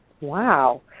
Wow